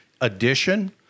addition